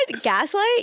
Gaslight